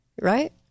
Right